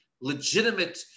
legitimate